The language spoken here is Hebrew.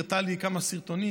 הראתה לי כמה סרטונים,